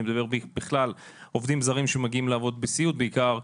אני מדבר בכלל על עובדים זרים שמגיעים לעבוד בסיעוד בעיקר,